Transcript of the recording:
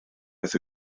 beth